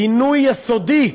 גינוי יסודי,